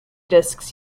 disks